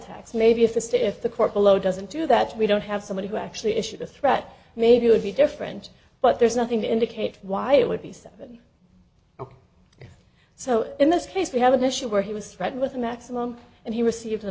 tax maybe if the state if the court below doesn't do that if we don't have somebody who actually issued a threat maybe it would be different but there's nothing to indicate why it would be seven so in this case we have an issue where he was threatened with a maximum and he received